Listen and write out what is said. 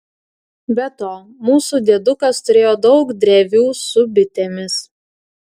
be to mūsų diedukas turėjo daug drevių su bitėmis